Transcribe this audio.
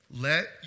Let